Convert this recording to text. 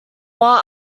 while